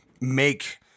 make